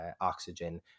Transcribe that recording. oxygen